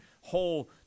whole